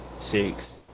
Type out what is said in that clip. six